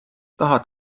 tahad